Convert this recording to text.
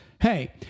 hey